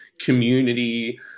community